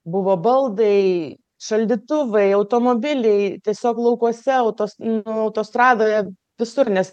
buvo baldai šaldytuvai automobiliai tiesiog laukuose auto nu autostradoje visur nes